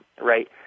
right